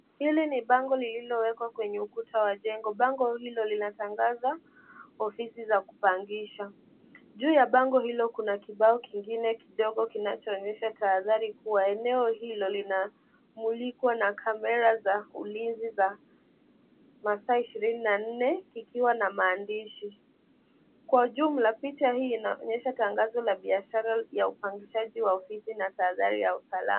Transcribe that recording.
Hili ni bango lililowekwa kwenye ukuta wa jengo. Bango hilo linatangaza ofisi za kupangisha. Juu ya bango hilo kuna kibao kingine kidogo kinachoonyesha tahadhari kuwa eneo hilo linamulikwa na kamera za ulinzi za masaa ishirini na nne kikiwa na maandishi. Kwa jumla picha hii inaonyesha tangazo la biashara ya upangishaji wa ofisi na tahadhari ya usalama.